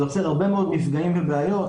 זה יוצר הרבה מאוד מפגעים ובעיות,